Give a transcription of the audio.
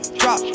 drop